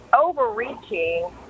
overreaching